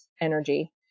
energy